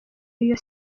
iyo